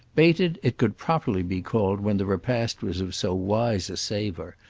baited it could properly be called when the repast was of so wise a savour,